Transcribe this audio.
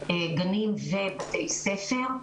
גנים ובתי ספר.